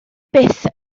byth